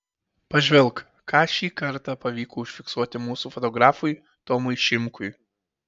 pažvelk ką šį kartą pavyko užfiksuoti mūsų fotografui tomui šimkui